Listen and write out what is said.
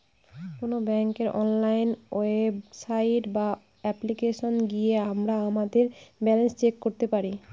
কোন ব্যাঙ্কের online website বা অ্যাপ্লিকেশনে গিয়ে আমরা আমাদের ব্যালান্স চেক করতে পারি